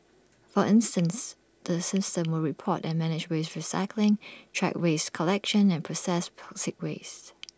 for instance the system will report and manage waste recycling track waste collection and processed toxic waste